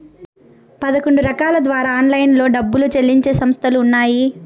పదకొండు రకాల ద్వారా ఆన్లైన్లో డబ్బులు చెల్లించే సంస్థలు ఉన్నాయి